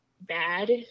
bad